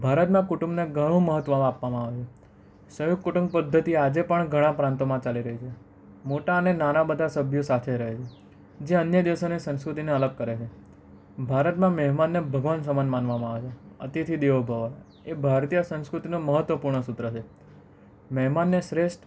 ભારતમાં કુટુંબને ઘણું મહત્ત્વ આપવામાં આવે સંયુક્ત કુટુંબ પદ્ધતિ આજે પણ ઘણા પ્રાંતોમાં ચાલી રહી છે મોટાં અને નાના બધા સભ્યો સાથે રહે જે અન્ય દેશોને સંસ્કૃતિને અલગ કરે છે ભારતમાં મહેમાનને ભગવાનસમાન માનવામાં આવે છે અતિથિ દેવો ભવ એ ભારતીય સંસ્કૃતિનો મહત્ત્વપૂર્ણ સૂત્ર છે મહેમાનને શ્રેષ્ઠ